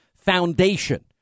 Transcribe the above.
foundation